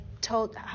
told